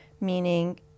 meaning